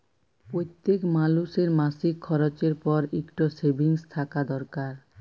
প্যইত্তেক মালুসের মাসিক খরচের পর ইকট সেভিংস থ্যাকা দরকার